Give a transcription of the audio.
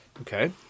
Okay